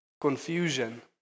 Confusion